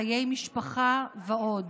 חיי משפחה ועוד.